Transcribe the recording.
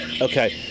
Okay